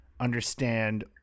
understand